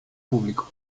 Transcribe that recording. público